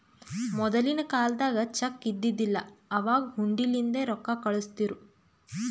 ಮೊದಲಿನ ಕಾಲ್ದಾಗ ಚೆಕ್ ಇದ್ದಿದಿಲ್ಲ, ಅವಾಗ್ ಹುಂಡಿಲಿಂದೇ ರೊಕ್ಕಾ ಕಳುಸ್ತಿರು